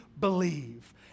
believe